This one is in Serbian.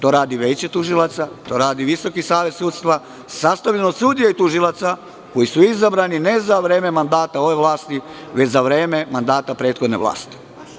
To radi veće tužilaca, to radi Visoki savet sudstva, sastavljen od sudija i tužilaca koji su izabrani ne za vreme mandata ove vlasti, već za vreme mandata prethodne vlasti.